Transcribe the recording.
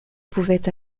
pouvait